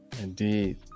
indeed